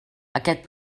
aquest